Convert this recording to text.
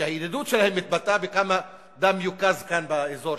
שהידידות שלהם מתבטאת בכמה דם יוקז כאן באזור,